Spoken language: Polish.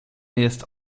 jest